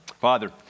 Father